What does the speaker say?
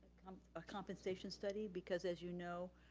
a compensation study because as you know,